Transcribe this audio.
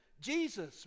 Jesus